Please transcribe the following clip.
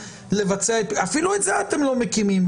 לבצע את --- אפילו את זה אתם לא מקימים.